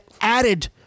added